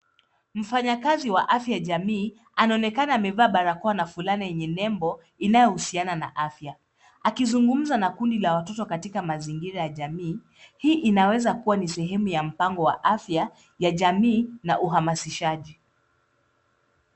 Mfanyakazi wa afya jamii anaonekana amevaa barakoa na fulana yenye nembo inayohusiana na afya akizungumza na kundi la watoto katika mazingira ya jamii hii inaweza kua ni sehemu ya mpango wa afya ya jamii na uhamasishaji.